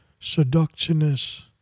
seductionist